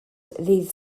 ddydd